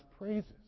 praises